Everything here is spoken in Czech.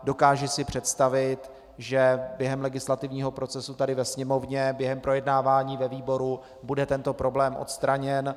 Dokážu si představit, že během legislativního procesu tady ve Sněmovně, během projednávání ve výboru, bude tento problém odstraněn.